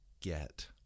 get